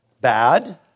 bad